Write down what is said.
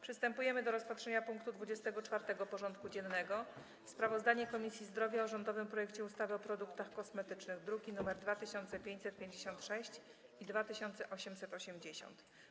Przystępujemy do rozpatrzenia punktu 24. porządku dziennego: Sprawozdanie Komisji Zdrowia o rządowym projekcie ustawy o produktach kosmetycznych (druki nr 2556 i 2880)